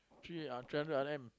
three uh three hundred R_M